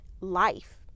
life